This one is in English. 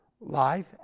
life